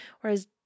Whereas